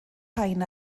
rhain